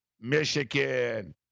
Michigan